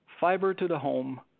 fiber-to-the-home